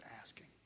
asking